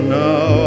now